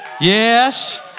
Yes